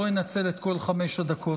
לא אנצל את כל חמש הדקות.